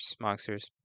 Monsters